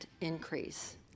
increase